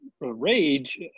rage